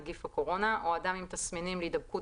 נגיף הקורונה) או אדם עם תסמינים להידבקות